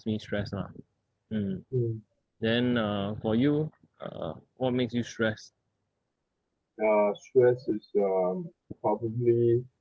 me stress lah mm then uh for you uh what makes you stress